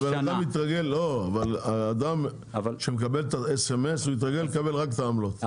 אבל האדם שמקבל אס.אמ.אס יתרגל לקבל רק את העמלות,